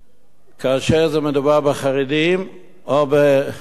כאשר מדובר בחרדים או במתנחלים,